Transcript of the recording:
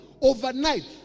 overnight